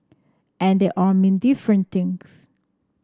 and they all mean different things